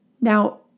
Now